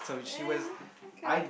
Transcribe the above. eh okay